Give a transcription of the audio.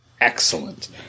excellent